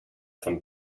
von